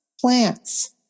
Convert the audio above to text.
plants